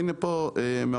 והנה פה מהאוצר,